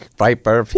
viper